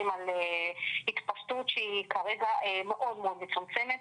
על התפשטות שהיא כרגע מאוד מצומצמת,